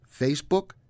Facebook